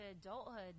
adulthood